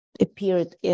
appeared